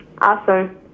Awesome